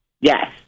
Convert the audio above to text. Yes